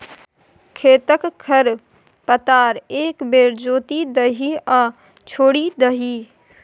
खेतक खर पतार एक बेर जोति दही आ छोड़ि दही